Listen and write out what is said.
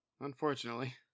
Unfortunately